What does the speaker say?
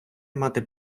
мати